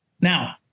Now